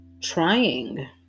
trying